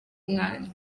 mwanya